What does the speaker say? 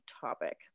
topic